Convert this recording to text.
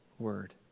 word